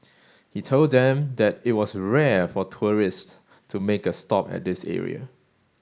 he told them that it was rare for tourists to make a stop at this area